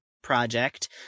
project